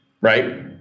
right